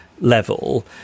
level